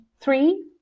three